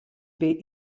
bei